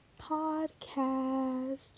podcast